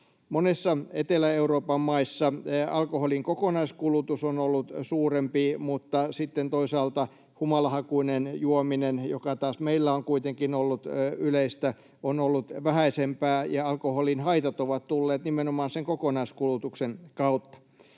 Monissa Etelä-Euroopan maissa alkoholin kokonaiskulutus on ollut suurempi, mutta sitten toisaalta humalahakuinen juominen, joka taas meillä on kuitenkin ollut yleistä, on ollut vähäisempää, ja alkoholin haitat ovat tulleet nimenomaan sen kokonaiskulutuksen kautta.